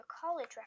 college